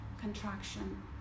contraction